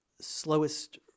slowest